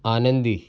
आनंदी